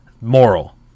moral